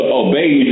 obey